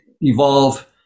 evolve